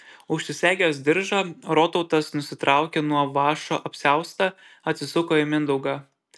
užsisegęs diržą rotautas nusitraukė nuo vąšo apsiaustą atsisuko į mindaugą